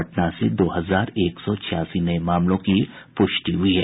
पटना से दो हजार एक सौ छियासी नये मामलों की पुष्टि हुई है